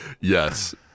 yes